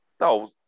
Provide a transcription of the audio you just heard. No